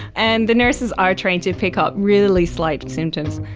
and the nurses are trained to pick up really slight symptoms.